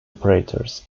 operators